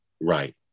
Right